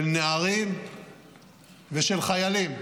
של נערים ושל חיילים,